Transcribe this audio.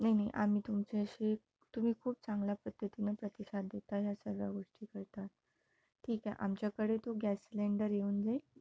नाही नाही आम्ही तुमचे असे तुम्ही खूप चांगल्या पद्धतीनं प्रतिसाद देता ह्या सगळ्या गोष्टी करता ठीक आहे आमच्याकडे तो गॅस सिलेंडर येऊन जाईल